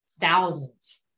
thousands